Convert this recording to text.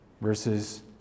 versus